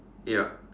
ya